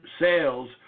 sales